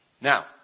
Now